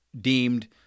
deemed